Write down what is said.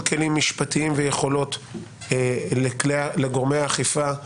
כלים משפטיים ויכולות לגורמי האכיפה והחקירה,